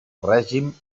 règim